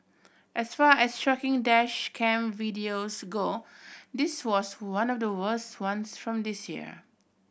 as far as shocking dash cam videos go this was one of the worst ones from this year